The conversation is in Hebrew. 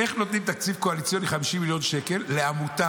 איך נותנים תקציב קואליציוני של 50 מיליון שקל לעמותה,